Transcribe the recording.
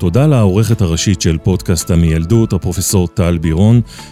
תודה לעורכת הראשית של פודקאסט המיילדות, הפרופ' טל בירון.